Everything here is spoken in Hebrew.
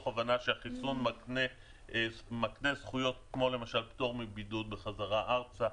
הבנה שהחיסון מקנה זכויות כמו למשל פטור מבידוד בחזרה ארצה.